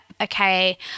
okay